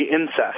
incest